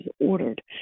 ordered